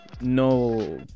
No